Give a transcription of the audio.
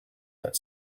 that